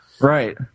Right